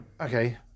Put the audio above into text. okay